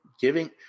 giving